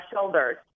shoulders